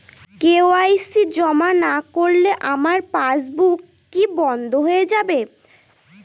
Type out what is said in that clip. KYC জমা না করলে আমার পাসবই কি বন্ধ হয়ে যাবে?